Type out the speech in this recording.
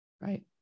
right